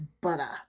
butter